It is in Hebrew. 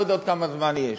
אני לא יודע עוד כמה זמן יש.